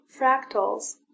fractals